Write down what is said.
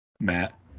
Matt